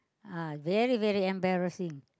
ah very very embarrassing